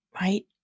right